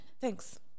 Thanks